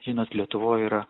žinot lietuvoj yra